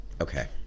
Okay